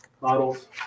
models